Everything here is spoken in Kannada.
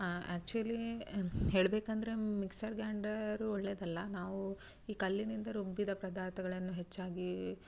ಆಕ್ಚುಲಿ ಹೇಳಬೇಕಂದ್ರೆ ಮಿಕ್ಸರ್ ಗ್ರೈಂಡರೂ ಒಳ್ಳೆಯದಲ್ಲ ನಾವು ಈ ಕಲ್ಲಿನಿಂದ ರುಬ್ಬಿದ ಪದಾರ್ಥಗಳನ್ನು ಹೆಚ್ಚಾಗಿ